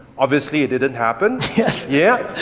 obviously it didn't happen. yes. yeah,